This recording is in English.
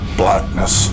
blackness